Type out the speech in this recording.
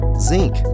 zinc